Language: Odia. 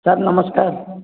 ସାର୍ ନମସ୍କାର